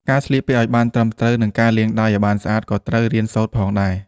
ការស្លៀកពាក់ឱ្យបានត្រឹមត្រូវ និងការលាងដៃឱ្យបានស្អាតក៏ត្រូវរៀនសូត្រផងដែរ។